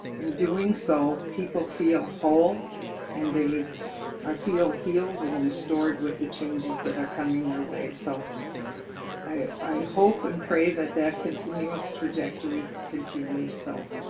in doing so, people feel whole and they are feel healed and restored with the changes that are coming their way. so i hope and pray that that continuous trajectory continues. so,